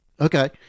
Okay